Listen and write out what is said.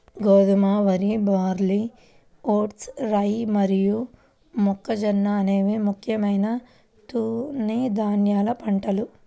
గోధుమ, వరి, barley, oats, rye మరియు మొక్కజొన్న అనేవి ముఖ్యమైన తృణధాన్యాల పంటలు